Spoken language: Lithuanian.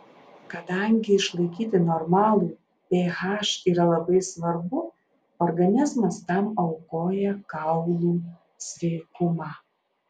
kadangi išlaikyti normalų ph yra labai svarbu organizmas tam aukoja kaulų sveikumą